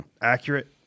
accurate